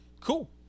cool